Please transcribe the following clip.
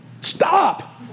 Stop